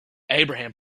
abraham